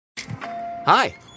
Hi